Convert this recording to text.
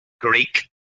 Greek